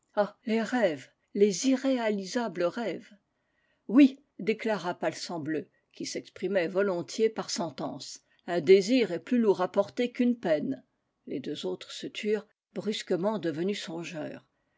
les rêves les irréalisables rêves oui déclara palsambleu qui s'exprimait volontiers par sentences un désir est plus lourd à porter qu'une peine les deux autres se turent brusquement devenus